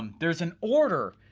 um there's an order,